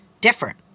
different